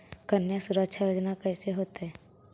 कन्या सुरक्षा योजना कैसे होतै?